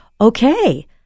okay